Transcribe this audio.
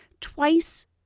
twice